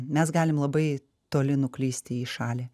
mes galim labai toli nuklysti į šalį